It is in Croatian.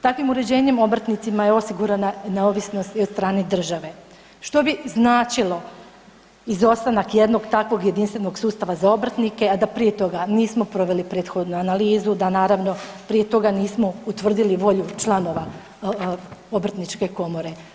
Takvim uređenjem obrtnicima je osigurana neovisnost i od strane države, što bi značilo izostanak jednog takvog jedinstvenog sustava za obrtnike, a da prije toga nismo proveli prethodnu analizu da naravno prije toga nismo utvrdili volju članova Obrtničke komore.